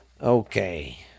Okay